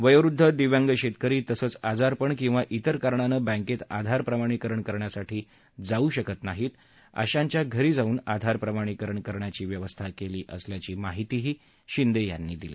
वयोवद्ध दिव्यागं शेतकरी तसंच आजारप किंवा त्रेर कारणानं बँकेत आधार प्रामाणिकरण करण्यासाठी जाऊ शकत नाहीत अशांच्या घरी जाऊन आधार प्रमाणिकरण करण्याची व्यवस्था केली असल्याची माहितीही त्यांनी दिली